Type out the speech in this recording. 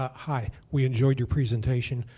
ah hi. we enjoyed your presentation.